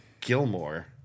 Gilmore